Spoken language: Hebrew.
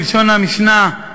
כלשון המשנה,